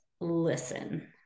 listen